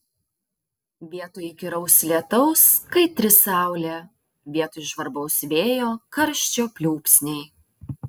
vietoj įkyraus lietaus kaitri saulė vietoj žvarbaus vėjo karščio pliūpsniai